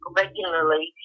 regularly